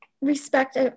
respect